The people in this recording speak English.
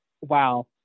wow